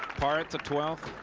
parred the twelfth